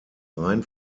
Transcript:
rein